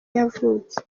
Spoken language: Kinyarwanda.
yavutse